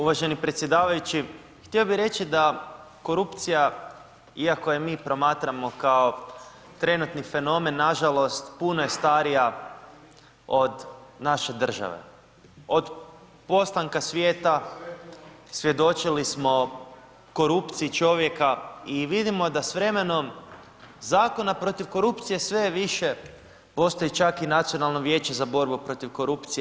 Uvaženi predsjedavajući, htio bi reći, da korupcija, iako ju mi promatramo, kao trenutni fenomen, nažalost, puno je starija od naše države, od postanka svijeta svjedočili smo korupciji čovjek i vidimo da s vremenom, zakona protiv korupcija sve je više, postoji čak i Nacionalno vijeće za borbu protiv korupcije.